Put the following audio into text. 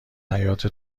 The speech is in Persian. حیاط